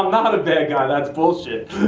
i'm not a bad guy. that's bullshit.